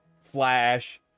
flash